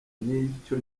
n’icyo